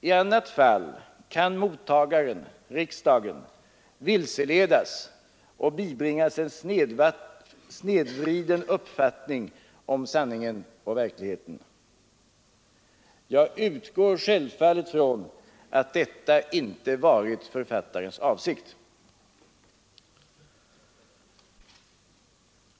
I annat fall kan mottagarenriksdagen vilseledas och bibringas en snedvriden uppfattning om sanningen och verkligheten. Jag utgår självfallet från att detta inte har varit författarens avsikt.